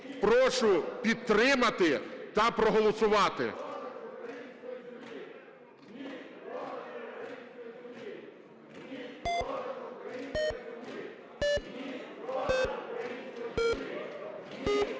Прошу підтримати та проголосувати.